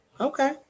Okay